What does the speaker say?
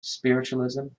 spiritualism